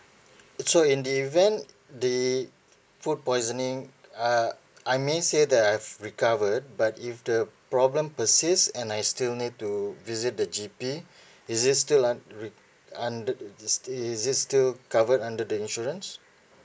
so in the event the food poisoning uh I may say that I've recovered but if the problem persist and I still need to visit the G_P is it still un~ re~ under the is still is it still covered under the insurance